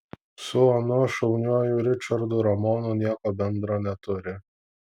su anuo šauniuoju ričardu ramonu nieko bendra neturi